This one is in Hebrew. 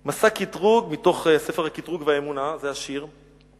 "מסע קטרוג", מתוך "ספר הקטרוג והאמונה", זה השיר: